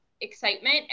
excitement